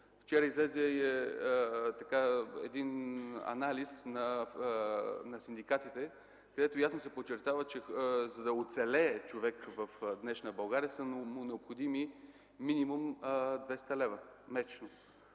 Вчера излезе анализ на синдикатите, където ясно се каза, че за да оцелее човек в днешна България, са му необходими минимум 200 лв. месечно.